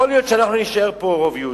יכול להיות שאנחנו נישאר פה רוב יהודי,